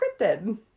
cryptid